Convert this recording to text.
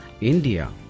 India